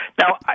Now